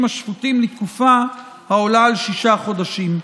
השפוטים לתקופה שעולה על שישה חודשים.